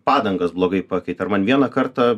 padangas blogai pakeitė ar man vieną kartą